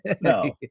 no